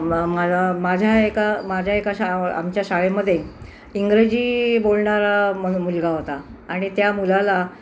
म मा माझ्या एका माझ्या एका शा आमच्या शाळेमध्ये इंग्रजी बोलणारा मल मुलगा होता आणि त्या मुलाला